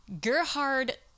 gerhard